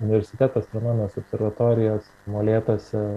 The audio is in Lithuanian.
universiteto astronomijos observatorijos molėtuose